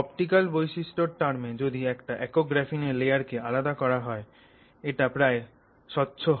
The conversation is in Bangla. অপটিক্যাল বৈশিষ্ট্য এর টার্মে যদি একটা একক গ্রাফিনের লেয়ার কে আলাদা করা হয় এটা প্রায় স্বচ্ছ হয়